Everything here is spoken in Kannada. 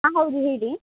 ಆಂ ಹೌದು ಹೇಳಿ